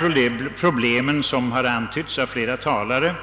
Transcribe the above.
Dessa problem, som berörts av flera talare,